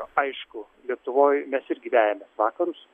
aišku lietuvoj mes irgi vejamės vakarus